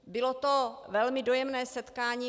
Bylo to velmi dojemné setkání.